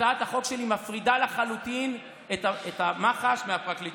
הצעת החוק שלי מפרידה לחלוטין את מח"ש מהפרקליטות,